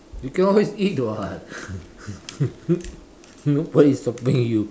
you can always eat [what] nobody is stopping you